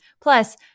Plus